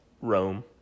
Rome